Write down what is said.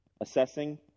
assessing